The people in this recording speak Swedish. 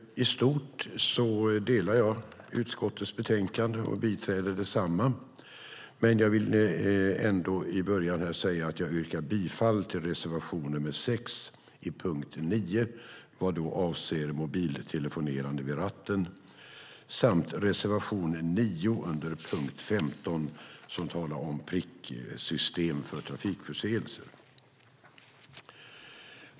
I stort sett står jag bakom utskottets betänkande, men jag vill ändå säga att jag yrkar bifall till reservation 6 i punkt 9 vad avser mobiltelefonerande vid ratten samt reservation 9 under punkt 15 som talar om pricksystem för trafikförseelser.